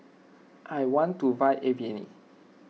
I want to buy Avene